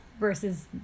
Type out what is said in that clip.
versus